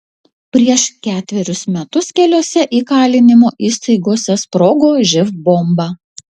prieš ketverius metus keliose įkalinimo įstaigose sprogo živ bomba